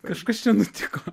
kažkas čia nutiko